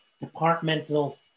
departmental